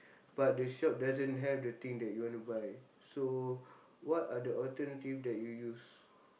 but the shop doesn't have the thing that you want to buy so what are the alternative that you use